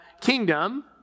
kingdom